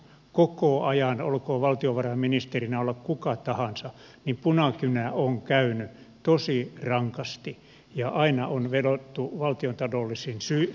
koko ajan olkoon valtiovarainministerinä ollut kuka tahansa punakynä on käynyt tosi rankasti ja aina on vedottu valtiontaloudellisiin syihin